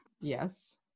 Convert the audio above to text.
yes